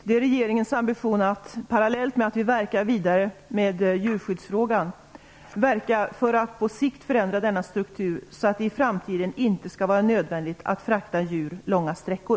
Det är regeringens ambition att, parallellt med att vi arbetar vidare med djurskyddsfrågan, verka för att på sikt förändra denna struktur så att det i framtiden inte skall vara nödvändigt att frakta djur långa sträckor.